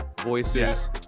Voices